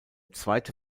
zweite